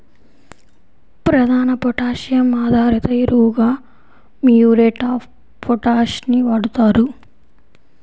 ప్రధాన పొటాషియం ఆధారిత ఎరువుగా మ్యూరేట్ ఆఫ్ పొటాష్ ని వాడుతారు